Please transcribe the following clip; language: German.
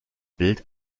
bild